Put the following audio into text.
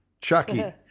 Chucky